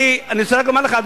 אני רוצה רק לומר לך,